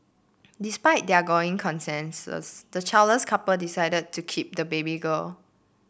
despite their gnawing the childless couple decide to keep the baby girl